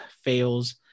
fails